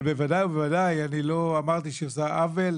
אבל בוודאי ובוודאי אני לא אמרתי שהיא עושה עוול.